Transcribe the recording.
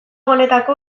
honetako